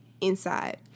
Inside